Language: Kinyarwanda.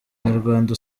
nyarwanda